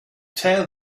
tell